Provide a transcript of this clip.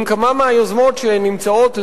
אם כמה מהיוזמות שנמצאות,